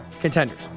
contenders